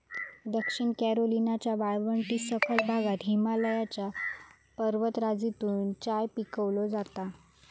दक्षिण कॅरोलिनाच्या वाळवंटी सखल भागात हिमालयाच्या पर्वतराजीतून चाय पिकवलो जाता